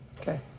Okay